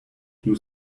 nous